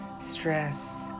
stress